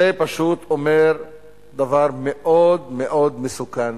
זה פשוט אומר דבר מאוד מאוד מסוכן,